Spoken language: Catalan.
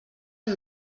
amb